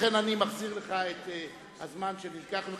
לכן אני מחזיר לך את הזמן שנלקח ממך.